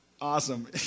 Awesome